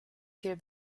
viel